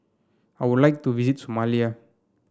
I would like to visit Somalia